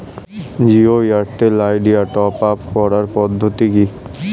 Jio Airtel Idea top up করার পদ্ধতি কি?